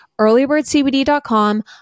earlybirdcbd.com